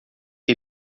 que